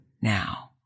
now